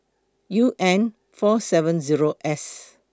U N four seven Zero S